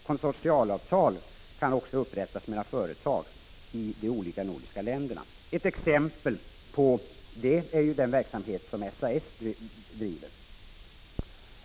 Konsortialavtal kan även upprättas mellan företag i de olika nordiska länderna. Ett exempel på detta är den verksamhet som SAS driver.